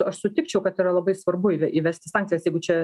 aš sutikčiau kad yra labai svarbu įvesti sankcijas jeigu čia